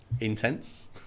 intense